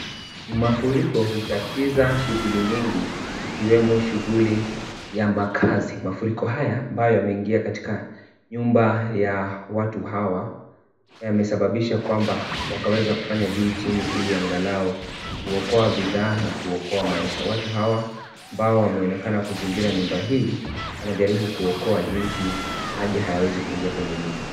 Mafuriko hutatiza shughuli nyingi ikiwemo shughuli ya makazi. Mafuriko haya ambayo yameingia katika nyumba ya watu hawa yamesababisha kwamba wakaweza kufanya juu chini ili angalau kuokoa bidhaa na kuokoa maisha. Watu hawa ambao wameonekana kuzingira nyumba hii, wanajaribu kuokoa jinsi maji hayawezi kuingia kwenye nyumba.